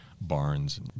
barns